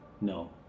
No